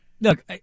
Look